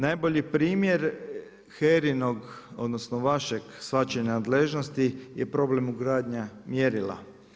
Najbolji primjer HERA-inog odnosno vašeg shvaćanja nadležnosti je problem ugradnje mjerila.